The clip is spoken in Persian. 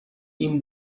این